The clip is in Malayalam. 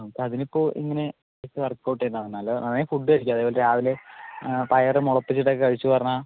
നമൾക്ക് അതിനിപ്പോൾ ഇങ്ങനെ വർക്ക് ഔട്ട് ചെയ്താൽ എന്നാൽ അങ്ങനെ ഫുഡ് കഴിക്കുക അതായത് രാവിലെ പയറ് മുളപ്പിച്ചിട്ടൊക്കെ കഴിച്ചൂന്ന് പറഞ്ഞാൽ